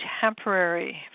temporary